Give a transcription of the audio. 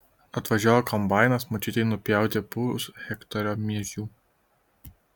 atvažiavo kombainas močiutei nupjauti pushektario miežių